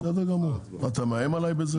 בסדר גמור, מה אתה מאיים עליי בזה?